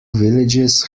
villages